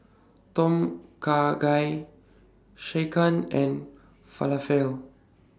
Tom Kha Gai Sekihan and Falafel